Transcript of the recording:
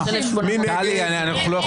מי נמנע?